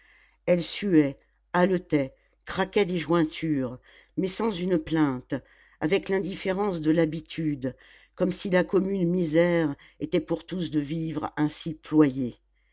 elle suait haletait craquait des jointures mais sans une plainte avec l'indifférence de l'habitude comme si la commune misère était pour tous de vivre ainsi ployé